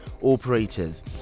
operators